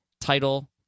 title